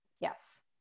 Yes